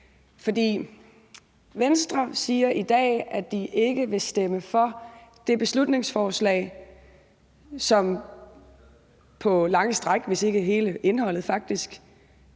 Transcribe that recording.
For Venstre siger i dag, at de ikke vil stemme for det beslutningsforslag, som på lange stræk, hvis faktisk ikke hele indholdet,